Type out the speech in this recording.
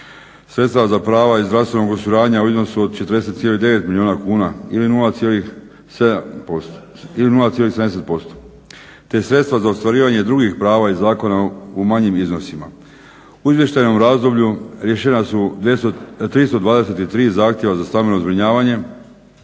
Sredstva za prava iz zdravstvenog osiguranja u iznosu od 40,9 milijuna kuna ili 0,70% te sredstva za ostvarivanje drugih prava iz zakona u manjim iznosima. U izvještajnom razdoblju riješena su 323 zahtjeva za stambeno zbrinjavanje